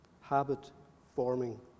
habit-forming